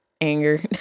anger